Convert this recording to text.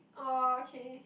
orh okay